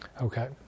Okay